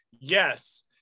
yes